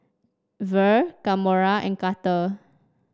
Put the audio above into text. Vere Kamora and Carter